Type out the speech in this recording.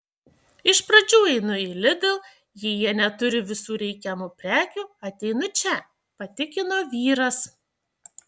iš pradžių einu į lidl jei jie neturi visų reikiamų prekių ateinu čia patikino vyras